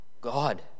God